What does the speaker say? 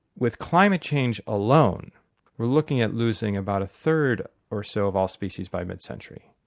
with climate change alone we're looking at losing about a third or so of all species by mid century.